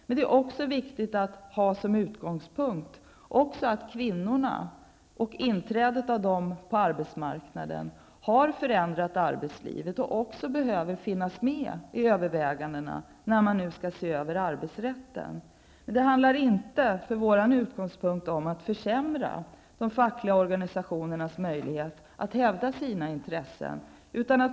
Det är också viktigt att ha som utgångspunkt att kvinnornas inträde på arbetsmarknaden har förändrat arbetslivet, ett förhållande som måste beaktas vid en översyn av arbetsrätten. Från vår utgångspunkt handlar det inte om att försämra de fackliga organisationernas möjlighet att hävda sina intressen.